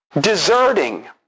deserting